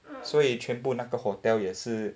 所以全部那个 hotel 也是